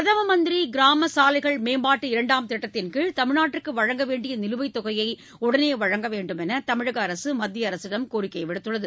பிரதம மந்திரி கிராமச்சாலைகள் மேம்பாட்டு இரண்டாம் திட்டத்தின் கீழ் தமிழ்நாட்டிற்கு வழங்க வேண்டிய நிலுவைத் தொகையை உடனே வழங்க வேண்டுமென்று தமிழக அரசு மத்திய அரசிடம் கோரிக்கை விடுத்துள்ளது